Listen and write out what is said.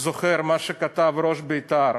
זוכר מה שכתב ראש בית"ר,